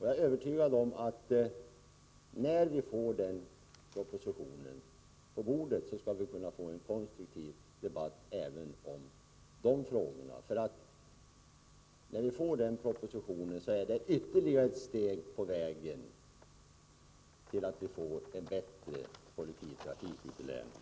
Jag är övertygad om att vi då skall kunna föra en konstruktiv debatt även om de frågorna, för den propositionen blir ytterligare ett steg på vägen till en bättre kollektivtrafik ute i länen.